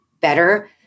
better